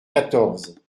quatorze